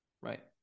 Right